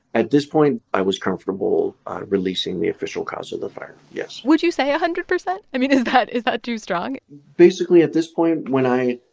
at this point, i was comfortable releasing the official cause of the fire. yes would you say one ah hundred percent? i mean, is that is that too strong? basically at this point, when i